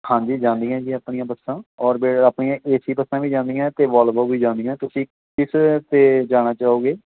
ਹਾਂਜੀ ਜਾਂਦੀਆਂ ਜੀ ਆਪਣੀਆਂ ਬੱਸਾਂ ਔਰਬਿਟ ਆਪਣੀਆਂ ਏ ਸੀ ਬੱਸਾਂ ਵੀ ਜਾਂਦੀਆਂ ਅਤੇ ਵੋਲਵੋ ਵੀ ਜਾਂਦੀਆਂ ਤੁਸੀਂ ਕਿਸ 'ਤੇ ਜਾਣਾ ਚਾਹੋਗੇ